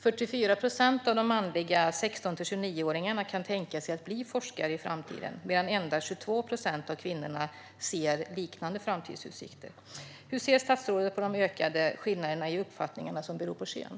44 procent av de manliga 16-29-åringarna kan tänka sig att bli forskare i framtiden, medan endast 22 procent av kvinnorna ser liknande framtidsutsikter. Hur ser statsrådet på de ökade skillnader i uppfattningar som beror på kön?